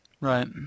right